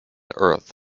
earth